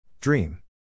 Dream